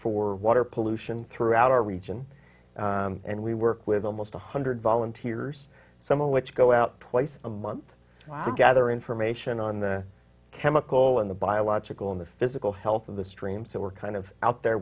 for water pollution throughout our region and we work with almost a hundred volunteers some of which go out twice a month to gather information on the chemical and the biological in the physical health of the stream so we're kind of out there